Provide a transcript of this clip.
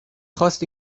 خواست